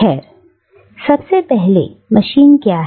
खैर सबसे पहले मशीन क्या है